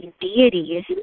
deities